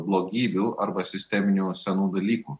blogybių arba sisteminių senų dalykų